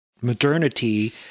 modernity